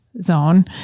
zone